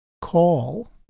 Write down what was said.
call